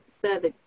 further